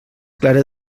clara